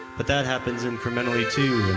but that happens incrementally too,